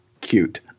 cute